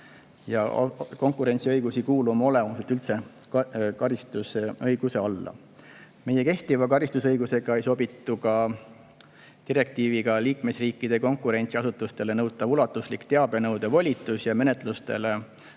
Konkurentsiõigus ei kuulu oma olemuselt üldse karistusõiguse alla. Meie kehtiva karistusõigusega ei sobitu ka direktiiviga liikmesriikide konkurentsiasutustele nõutav ulatuslik teabenõude volitus ja menetlusalustele